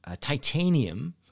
titanium